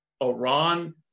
Iran